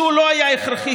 שהוא לא היה הכרחי,